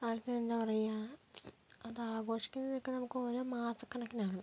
ആൾക്കാർ എന്താ പറയുക അത് ആഘോഷിക്കുന്നത് ഒക്കെ നമുക്ക് ഓരോ മാസ കണക്കിനാണ്